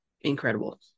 incredible